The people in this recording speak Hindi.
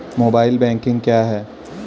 मोबाइल बैंकिंग क्या है?